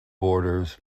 borders